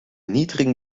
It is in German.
niedrigen